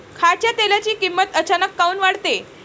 खाच्या तेलाची किमत अचानक काऊन वाढते?